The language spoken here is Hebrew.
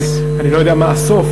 אני לא יודע מה הסוף.